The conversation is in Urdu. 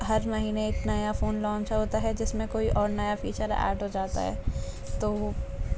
ہر مہینے ایک نیا فون لانچ ہوتا ہے جس میں کوئی اور نیا فیچر ایڈ ہو جاتا ہے تو وہ